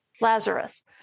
Lazarus